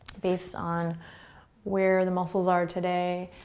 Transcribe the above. based on where the muscles are today,